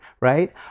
right